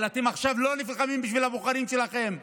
אבל אתם עכשיו לא נלחמים בשביל הבוחרים שלכם.